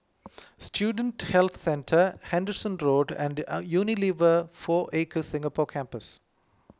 Student Health Centre Henderson Road and Unilever four Acres Singapore Campus